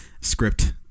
Script